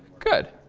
good.